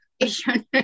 education